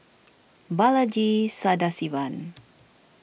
Balaji Sadasivan